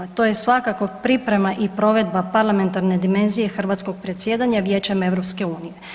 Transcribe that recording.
To je svakako priprema i provedba parlamentarne dimenzije hrvatskog predsjedanjem Vijećem EU.